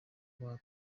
tuba